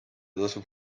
tasub